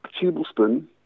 tablespoon